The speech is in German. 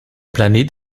planet